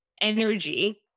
energy